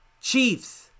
Chiefs